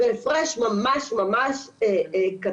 בהפרש ממש קטן,